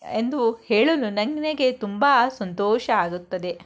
ಎಂದು ಹೇಳಲು ನನಗೆ ತುಂಬ ಸಂತೋಷ ಆಗುತ್ತದೆ